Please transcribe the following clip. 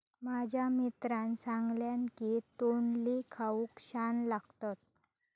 माझ्या मित्रान सांगल्यान की तोंडली खाऊक छान लागतत